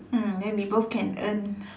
mm then we both can earn